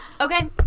Okay